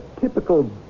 typical